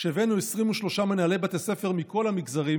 כשהבאנו 23 מנהלי בתי ספר מכל המגזרים